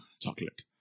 chocolate